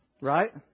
Right